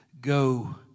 Go